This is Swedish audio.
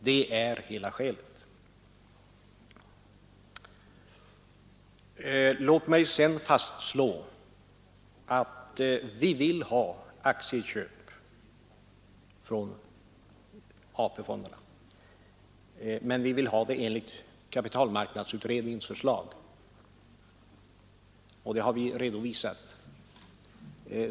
Detta är hela Nr 98 SE Torsdagen den Låt mig fastslå att vi vill ha aktieköp från AP-fonderna, men vi vill ha 24 maj 1973 dem enligt kapitalmarknadsutredningens förslag, och det har vi redovisat.